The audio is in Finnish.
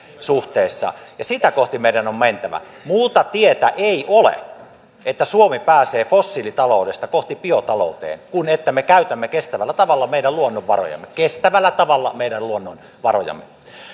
suhteessa ja sitä kohti meidän on mentävä muuta tietä ei ole että suomi pääsee fossiilitaloudesta kohti biotaloutta kuin että me käytämme kestävällä tavalla meidän luonnonvarojamme kestävällä tavalla meidän luonnonvarojamme